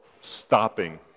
stopping